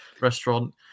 Restaurant